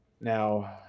now